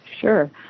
Sure